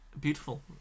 Beautiful